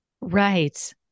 Right